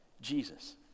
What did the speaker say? Jesus